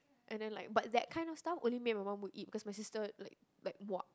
and then like but that kind of stuff only me and my mum would eat cause my sister like like muak